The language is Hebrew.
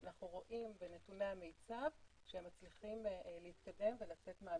אנחנו רואים בנתוני המיצב שהם מצליחים להתקדם ולצאת מהמיקוד,